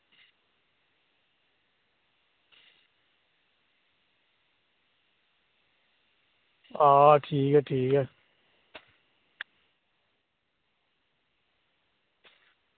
आं ठीक ऐ ठीक ऐ